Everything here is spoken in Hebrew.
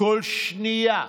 כל שנייה,